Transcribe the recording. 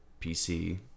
pc